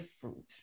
fruit